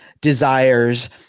desires